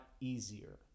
easier